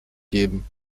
geben